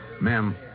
Ma'am